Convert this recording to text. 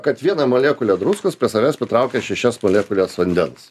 kad viena molekulė druskos prie savęs pritraukia šešias molekules vandens